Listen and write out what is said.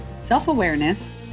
self-awareness